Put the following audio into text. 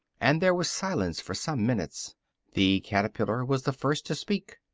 and there was silence for some minutes the caterpillar was the first to speak.